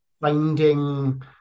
finding